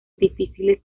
difíciles